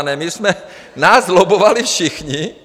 Ne my, nás lobbovali všichni.